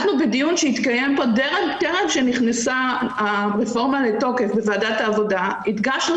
בדיון שהתקיים פה טרם שנכנסה הרפורמה לתוקף בוועדת העבודה הדגשנו